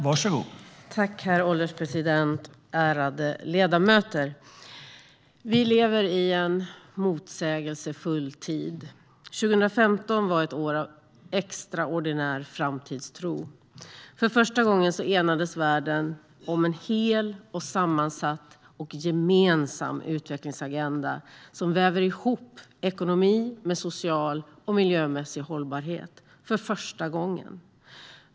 Herr ålderspresident! Ärade ledamöter! Vi lever i en motsägelsefull tid. År 2015 var ett år av extraordinär framtidstro. För första gången enades världen om en hel, sammansatt och gemensam utvecklingsagenda som väver ihop ekonomi med social och miljömässig hållbarhet.